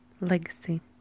legacy